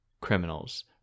criminals